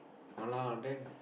a lah then